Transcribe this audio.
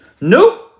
Nope